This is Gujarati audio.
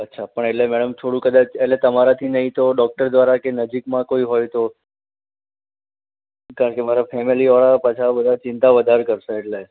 અચ્છા પણ એટલે મેડમ થોડું કદાચ એટલે તમારાથી નહીં તો ડૉક્ટર દ્વારા કે નજીકમાં કોઈ હોય તો કારણકે મારા ફેમિલીવાળા પાછા બધા ચિંતા વધારે કરશે એટલે